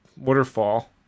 waterfall